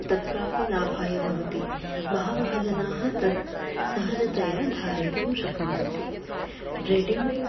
तत्रापि लाभाय भवति बहवः जनाः तत् सहजतया धारयितुं शक्नुवन्ति रेडिमेड्